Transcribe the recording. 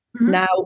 Now